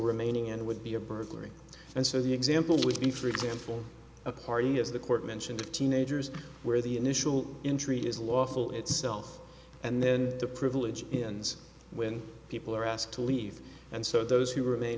remaining end would be a burglary and so the example would be for example a party as the court mentioned of teenagers where the initial injury is lawful itself and then the privilege in when people are asked to leave and so those who rema